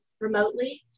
remotely